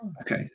Okay